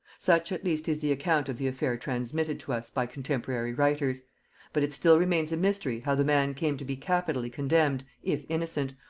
such at least is the account of the affair transmitted to us by contemporary writers but it still remains a mystery how the man came to be capitally condemned if innocent,